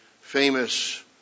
famous